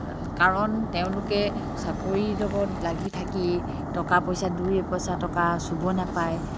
কাৰণ তেওঁলোকে চাকৰিৰ লগত লাগি থাকি টকা পইচা দুই এপইচা টকা চুব নাপায়